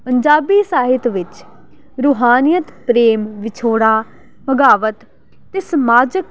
ਪੰਜਾਬੀ ਸਾਹਿਤ ਵਿੱਚ ਰੂਹਾਨੀਅਤ ਪ੍ਰੇਮ ਵਿਛੋੜਾ ਬਗਾਵਤ ਅਤੇ ਸਮਾਜਿਕ